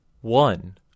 One